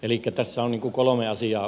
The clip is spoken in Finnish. elikkä tässä on kolme asiaa